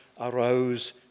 arouse